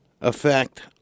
effect